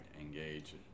engage